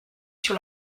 sur